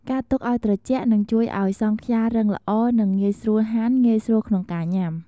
ការទុកឲ្យត្រជាក់នឹងជួយឲ្យសង់ខ្យារឹងល្អ និងងាយស្រួលហាន់ ងាយស្រួលក្នុងការញាំ។